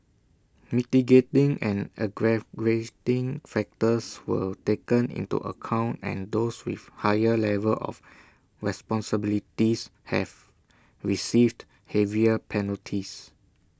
mitigating and aggravating factors were taken into account and those with higher level of responsibilities have received heavier penalties